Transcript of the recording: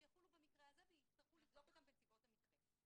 שיחולו במקרה הזה ויצטרכו לבדוק אותם בנסיבות המקרה.